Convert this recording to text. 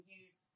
use